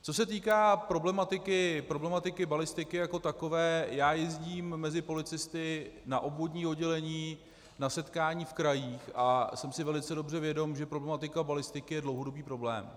Co se týká problematiky balistiky jako takové, já jezdím mezi policisty na obvodní oddělení na setkání v krajích a jsem si velice dobře vědom, že problematika balistiky je dlouhodobý problém.